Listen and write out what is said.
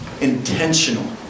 intentional